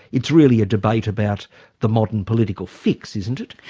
it's really a debate about the modern political fix isn't it?